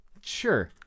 Sure